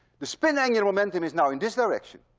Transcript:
the spin angular momentum is now in this direction,